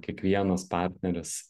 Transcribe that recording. kiekvienas partneris